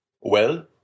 Well